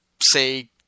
say